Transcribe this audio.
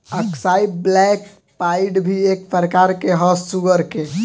अक्साई black pied भी एक प्रकार ह सुअर के